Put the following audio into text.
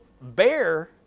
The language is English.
bear